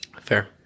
fair